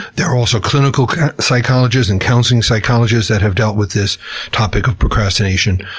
there are also clinical psychologists and counselling psychologists that have dealt with this topic of procrastination.